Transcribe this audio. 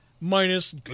minus